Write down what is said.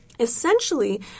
Essentially